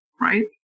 right